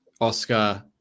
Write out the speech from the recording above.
Oscar